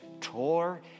tore